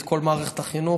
את כל מערכת החינוך,